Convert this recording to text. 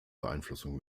beeinflussung